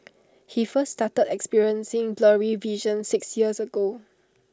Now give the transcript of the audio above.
he first started experiencing blurry vision six years ago